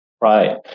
Right